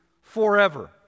forever